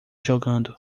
jogando